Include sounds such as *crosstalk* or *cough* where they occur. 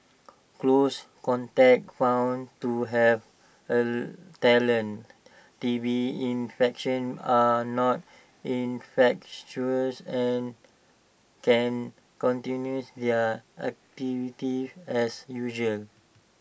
close contacts found to have *hesitation* latent T B infection are not infectious and can continues their activities as usual